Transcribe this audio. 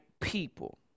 people